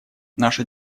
наша